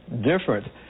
different